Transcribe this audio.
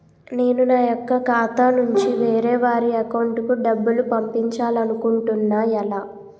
నేను నా యెక్క ఖాతా నుంచి వేరే వారి అకౌంట్ కు డబ్బులు పంపించాలనుకుంటున్నా ఎలా?